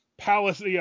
palace